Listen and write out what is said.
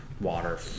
water